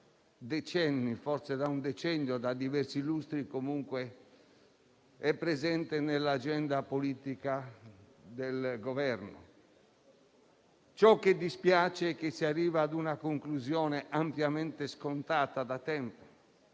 forse più, comunque da diversi lustri, è presente nell'agenda politica del Governo. Ciò che dispiace è che si arriva ad una conclusione ampiamente scontata da tempo;